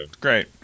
Great